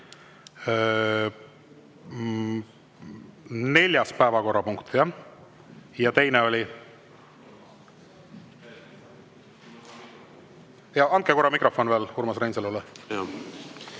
neljas päevakorrapunkt, jah? Ja teine oli ... Andke korra mikrofon veel Urmas Reinsalule.